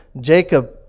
Jacob